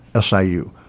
SIU